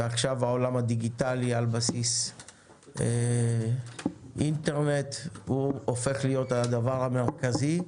ועכשיו העולם הדיגיטלי על בסיס אינטרנט הופך להיות הדבר המרכזי,